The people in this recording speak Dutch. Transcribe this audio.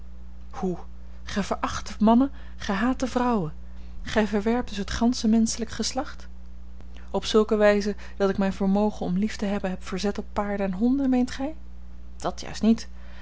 hoe gij veracht de mannen gij haat de vrouwen gij verwerpt dus het gansche menschelijke geslacht op zulke wijze dat ik mijn vermogen om lief te hebben heb verzet op paarden en honden meent gij dat juist niet